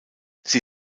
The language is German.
sie